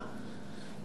כדוגמתה,